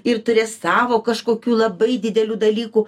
ir turės savo kažkokių labai didelių dalykų